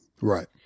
Right